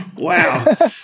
wow